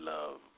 Love